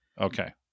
Okay